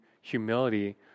humility